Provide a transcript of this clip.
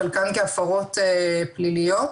וחלקן כהפרות פליליות.